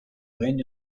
regno